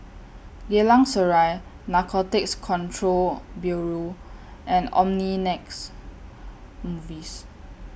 Geylang Serai Narcotics Control Bureau and Omnimax Movies